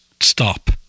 stop